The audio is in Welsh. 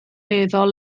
meddwl